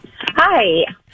hi